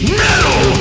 metal